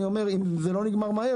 אני אומר - אם זה לא נגמר מהר,